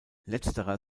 letzterer